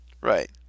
Right